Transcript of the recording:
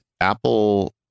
Apple